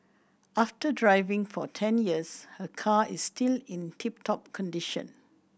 after driving for ten years her car is still in tip top condition